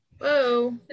Whoa